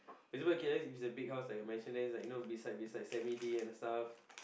for example okay is a big house like you know beside beside semi-d and stuff